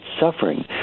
suffering